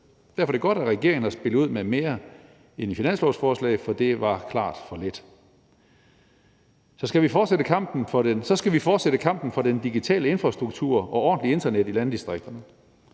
Derfor er det godt, at regeringen har spillet ud med mere end i finanslovsforslaget, for det var klart for lidt. Så skal vi fortsætte kampen for den digitale infrastruktur og ordentligt internet i landdistrikterne.